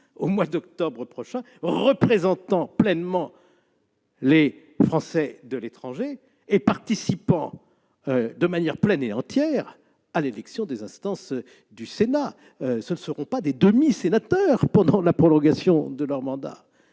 au mois d'octobre prochain, représentant pleinement les Français de l'étranger et participant de manière pleine et entière à l'élection des instances du Sénat. Ce ne seront pas des demi-sénateurs pendant la prolongation de leur mandat